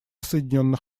соединенных